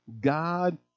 God